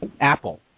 Apple